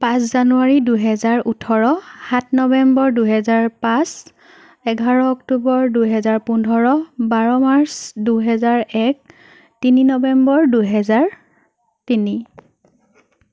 পাঁচ জানুৱাৰী দুহেজাৰ ওঠৰ সাত নৱেম্বৰ দুহেজাৰ পাঁচ এঘাৰ অক্টোবৰ দুহেজাৰ পোন্ধৰ বাৰ মাৰ্চ দুহেজাৰ এক তিনি নৱেম্বৰ দুহেজাৰ তিনি